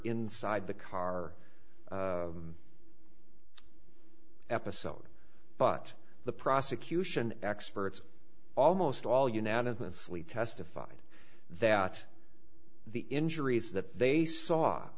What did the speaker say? inside the car episode but the prosecution experts almost all unanimously testified that the injuries that they saw